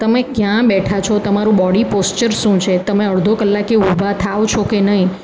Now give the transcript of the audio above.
તમે ક્યાં બેઠા છો તમારું બોડી પોશ્ચર શું છે તમે અડધો કલાકે ઊભા થાઓ છો કે નહિ